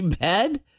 bed